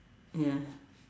ya